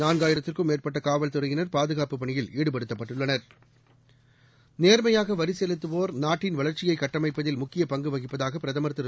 நாலாயிரத்துக்கும் மேற்பட்டகாவல் துறையினர் பாதுகாப்பு பணியில் ஈடுபடுத்தப்பட்டுள்ளனர் நேர்மையாகவரிசெலுத்துவோர் நாட்டின் வளர்ச்சியைகட்டமைப்பதில் முக்கியப் பங்குவகிப்பதாகபிரதமர் திரு